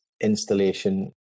installation